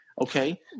Okay